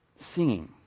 singing